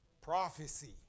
Prophecy